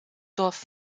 dorf